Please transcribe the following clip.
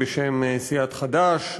בשם סיעת חד"ש,